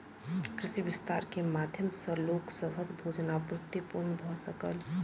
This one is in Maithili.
कृषि विस्तार के माध्यम सॅ लोक सभक भोजन आपूर्ति पूर्ण भ सकल